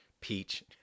peach